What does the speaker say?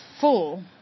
full